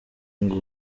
ngo